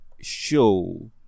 show